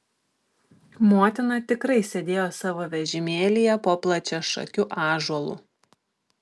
motina tikrai sėdėjo savo vežimėlyje po plačiašakiu ąžuolu